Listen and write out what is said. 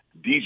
DJ